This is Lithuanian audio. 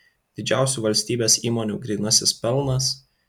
didžiausių valstybės įmonių grynasis pelnas